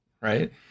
Right